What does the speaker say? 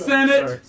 Senate